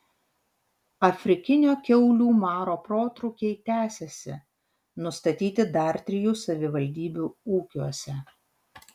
afrikinio kiaulių maro protrūkiai tęsiasi nustatyti dar trijų savivaldybių ūkiuose